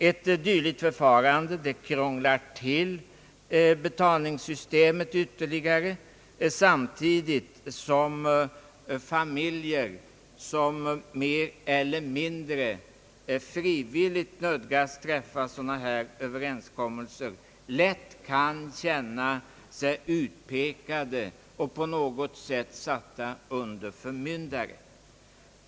Ett dylikt förfarande krånglar dock till betalningssystemet ytterligare, och samtidigt kan familjer, som mer eller mindre frivilligt bringas att träffa sådana överenskommelser, lätt känna sig utpekade och på något vis satt under förmyndare.